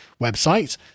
website